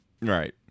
Right